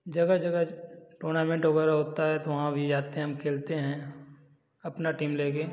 जगह जगह टूर्नामेंट होता है तो वहाँ भी जाते हैं हम खेलते हैं अपना टीम ले कर